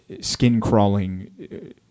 skin-crawling